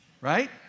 right